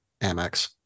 Amex